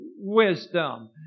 wisdom